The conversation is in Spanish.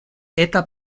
esta